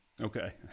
Okay